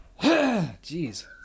Jeez